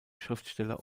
schriftsteller